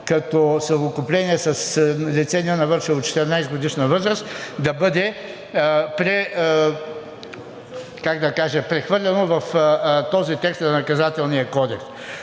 като съвокупление с лице, ненавършило 14-годишна възраст, да бъде прехвърлено в този текст на Наказателния кодекс.